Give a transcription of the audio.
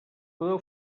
podeu